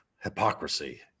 hypocrisy